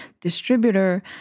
distributor